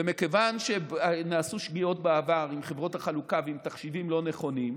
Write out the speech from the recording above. ומכיוון שנעשו שגיאות בעבר עם חברות החלוקה ועם תחשיבים לא נכונים,